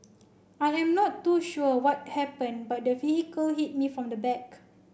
I am not too sure what happened but the vehicle hit me from the back